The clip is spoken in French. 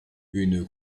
une